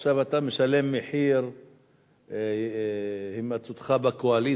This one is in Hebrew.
עכשיו אתה משלם מחיר הימצאותך בקואליציה,